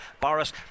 Boris